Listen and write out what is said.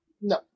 No